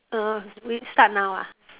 uh we start now ah